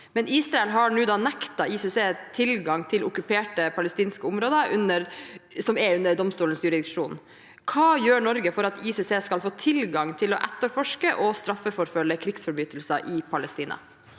Israel har nektet ICC tilgang til okkupert palestinsk område under domstolens jurisdiksjon. Hva gjør Norge for at ICC skal få tilgang til å etterforske og straffeforfølge krigsforbrytelser i Palestina?»